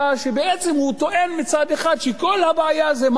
כשבעצם הוא טוען מצד אחד שכל הבעיה זה מאבק